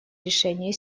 решения